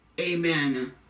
amen